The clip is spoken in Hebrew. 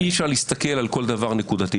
אי-אפשר להסתכל על כל דבר נקודתית,